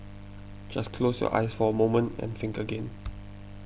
just close your eyes for a moment and think again